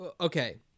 Okay